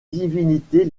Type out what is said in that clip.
divinités